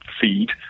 feed